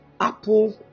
apple